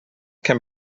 can